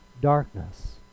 darkness